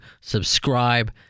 subscribe